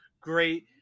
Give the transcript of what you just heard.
great